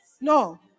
no